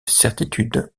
certitudes